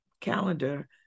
calendar